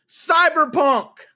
Cyberpunk